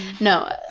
No